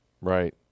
Right